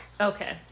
Okay